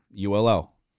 ULL